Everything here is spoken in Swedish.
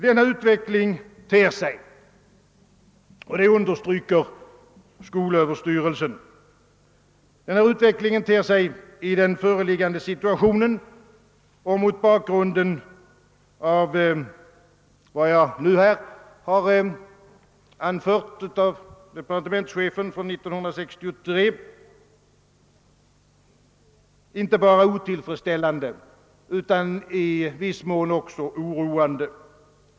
Denna utveckling ter sig, vilket understrykes av skolöverstyrelsen, i den föreliggande situationen och mot bakgrunden av vad jag nu anfört och vad departementschefen framhöll 1963 inte bara otillfredsställande utan i viss mån också oroande.